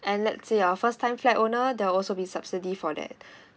and let's say you're first time flat owner there will also be subsidy for that